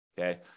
okay